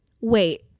Wait